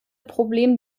problem